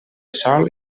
sòl